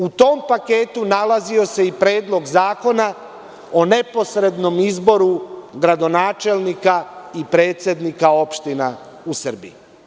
U tom paketu nalazio se i Predlog zakona o neposrednom izboru gradonačelnika i predsednika opština u Srbiji.